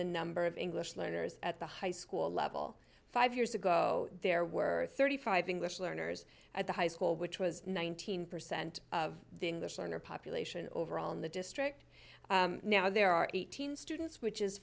the number of english learners at the high school level five years ago there were thirty five english learners at the high school which was nineteen percent of the english learner population overall in the district now there are eighteen students which is